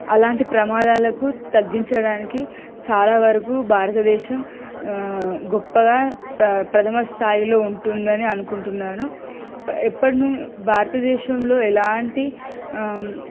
అలాంటి ప్రమాదాలను తగ్గించడానికి చాలా వరకు భారతదేశం గొప్పగా ప్ర ప్రధమ స్థాయిలో ఉంటుందని అనుకుంటున్నాను ఎప్పటిని భారతదేశంలో ఎలాంటి